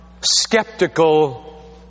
skeptical